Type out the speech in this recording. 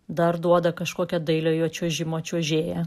dar duoda kažkokią dailiojo čiuožimo čiuožėją